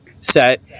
set